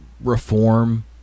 reform